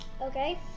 Okay